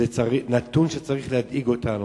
זה נתון שצריך להדאיג אותנו.